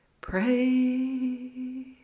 pray